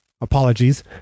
apologies